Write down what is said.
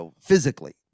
physically